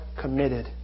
committed